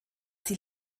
sie